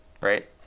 right